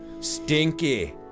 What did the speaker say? Stinky